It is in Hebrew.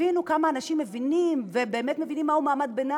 שתבינו כמה אנשים מבינים ובאמת מבינים מהו מעמד הביניים,